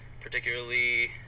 Particularly